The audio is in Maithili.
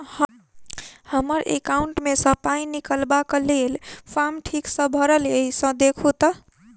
हम्मर एकाउंट मे सऽ पाई निकालबाक लेल फार्म ठीक भरल येई सँ देखू तऽ?